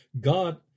God